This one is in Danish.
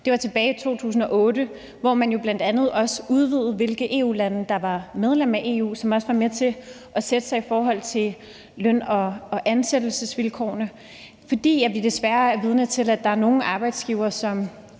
var tilbage i 2008, hvor man jo bl.a. også udvidede kredsen af, hvilke EU-lande der var medlem af EU, hvad der også var med til at sætte sig i løn- og ansættelsesvilkårene, fordi vi desværre er vidner til, at der er nogle arbejdsgivere, som